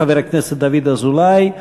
חבר הכנסת דוד אזולאי,